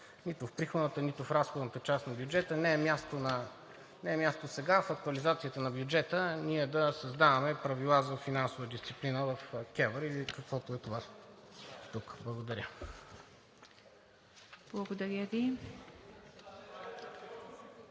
нито в приходната, нито в разходната част на бюджета. Не е място сега в актуализацията на бюджета ние да създаваме правила за финансова дисциплина в КЕВР или каквото е това тук. Благодаря.